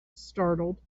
startled